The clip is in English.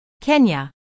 Kenya